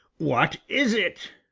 what is it?